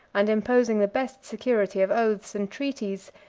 and imposing the best security of oaths and treaties,